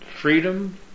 freedom